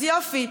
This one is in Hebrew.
אז יופי,